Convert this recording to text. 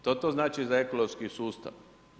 Što to znači za ekološki sustav?